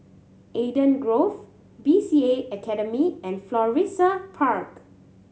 Eden Grove B C A Academy and Florissa Park